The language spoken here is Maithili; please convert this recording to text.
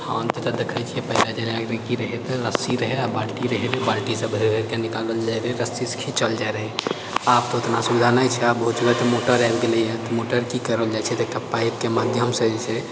हम तऽ एतऽ तऽदेखै छिऐ पहिले जेना एकबेर की रहै तऽ एतऽ रस्सी रहै आ बाल्टी रहै बाल्टीसँ भरी भरी कऽ निकालल जाए रहै रस्सीसँ खिचल जाए रहै आब तऽ ओतना सुविधा नहि छै आब बहुत जगह तऽ मोटर आबि गेलैए तऽ मोटर की करल जाइ छै तऽ एकटा पाइपके माध्यमसँ जे छै